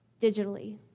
digitally